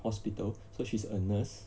hospital so she's a nurse